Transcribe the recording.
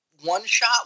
one-shot